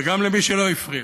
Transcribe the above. וגם למי שלא הפריע.